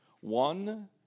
One